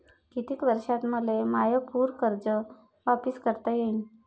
कितीक वर्षात मले माय पूर कर्ज वापिस करता येईन?